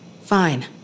Fine